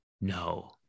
No